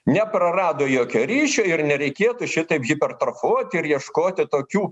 neprarado jokio ryšio ir nereikėtų šitaip hipertrofuoti ir ieškoti tokių